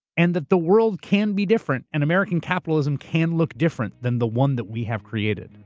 and that the world can be different, and american capitalism can look different than the one that we have created.